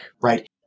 Right